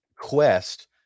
quest